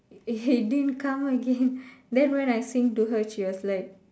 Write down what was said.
it didn't come again then when I sing to her she was like